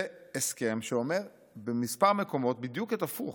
זה הסכם שאומר בכמה מקומות בדיוק הפוך.